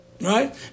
Right